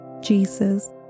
Jesus